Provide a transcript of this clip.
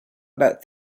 about